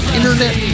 Internet